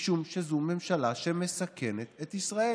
וזאת הסיבה,